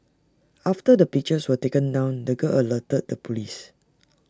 after the pictures were taken down the girl alerted the Police